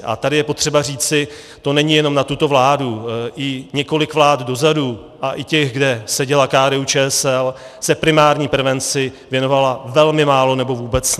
A tady je potřeba říci, to není jenom na tuto vládu, i několik vlád dozadu a i těch, kde seděla KDUČSl, se primární prevenci věnovalo velmi málo, nebo vůbec ne.